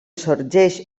sorgeix